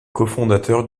cofondateur